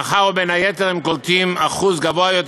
מאחר שבין היתר הם קולטים אחוז גבוה יותר